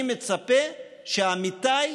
אני מצפה שעמיתיי